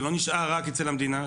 זה לא נשאר רק אצל המדינה,